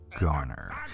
Garner